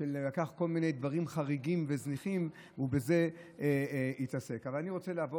ולקח כל מיני דברים חריגים וזניחים ובזה התעסק אפשר להרים